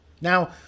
Now